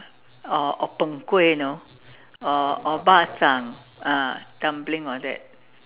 or or png-kueh you know or or bak-zhang ah dumpling all that